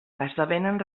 esdevenen